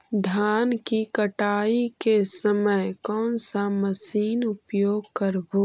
धान की कटाई के समय कोन सा मशीन उपयोग करबू?